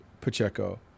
Pacheco